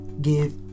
give